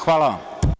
Hvala vam.